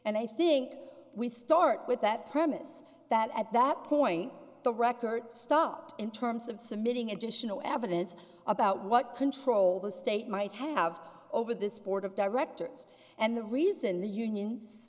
and i think we start with that premise that at that point the record stopped in terms of submitting additional evidence about what control the state might have over this board of directors and the reason the unions